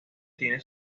tiene